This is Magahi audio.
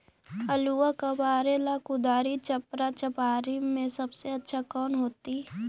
आलुआ कबारेला कुदारी, चपरा, चपारी में से सबसे अच्छा कौन होतई?